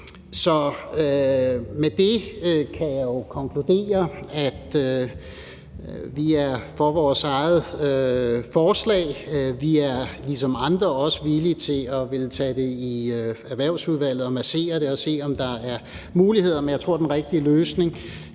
Så med det kan jeg konkludere, at vi er for vores eget forslag. Vi er ligesom andre også villige til at tage det i Erhvervsudvalget og massere det og se, om der er muligheder, men jeg tror, at den rigtige løsning